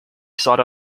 sought